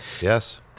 Yes